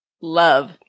Love